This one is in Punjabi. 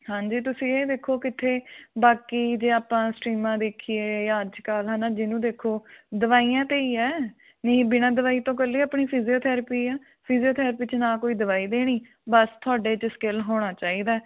ਹਾਂਜੀ ਤੁਸੀਂ ਇਹ ਦੇਖੋ ਕਿੱਥੇ ਬਾਕੀ ਜੇ ਆਪਾਂ ਸਟ੍ਰੀਮਾਂ ਦੇਖੀਏ ਜਾਂ ਅੱਜ ਕੱਲ੍ਹ ਹੈ ਨਾ ਜਿਹਨੂੰ ਦੇਖੋ ਦਵਾਈਆਂ 'ਤੇ ਹੀ ਹੈ ਨਹੀਂ ਬਿਨਾ ਦਵਾਈ ਤੋਂ ਇਕੱਲੇ ਆਪਣੀ ਫਿਜੀਓਥੈਰਪੀ ਆ ਫਿਜੀਓਥੈਰਪੀ 'ਚ ਨਾ ਕੋਈ ਦਵਾਈ ਦੇਣੀ ਬਸ ਤੁਹਾਡੇ 'ਚ ਸਕਿੱਲ ਹੋਣਾ ਚਾਹੀਦਾ